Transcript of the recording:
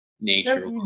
nature